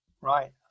right